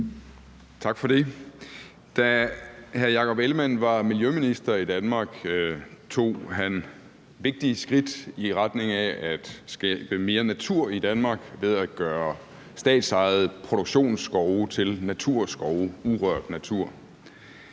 Tak for det. Da hr. Jakob Ellemann-Jensen var miljøminister i Danmark, tog han vigtige skridt i retning af at skabe mere natur i Danmark ved at gøre statsejede produktionsskove til naturskove, altså urørt natur.